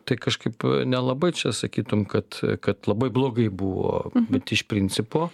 tai kažkaip nelabai čia sakytum kad kad labai blogai buvo bet iš principo